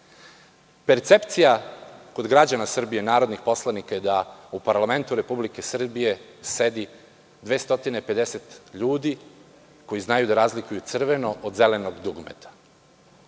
Percepcija kod građana Srbije narodnih poslanika je da u parlamentu Republike Srbije sedi 250 ljudi koji znaju da razlikuju crveno od zelenog dugmeta,